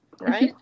Right